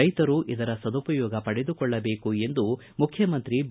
ರೈತರು ಇದರ ಸದುಪಯೋಗ ಪಡೆದುಕೊಳ್ಳಬೇಕು ಎಂದು ಮುಖ್ಯಮಂತ್ರಿ ಬಿ